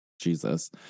Jesus